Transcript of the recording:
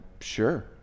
sure